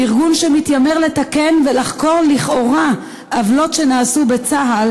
ארגון שמתיימר לתקן ולחקור לכאורה עוולות שנעשו בצה"ל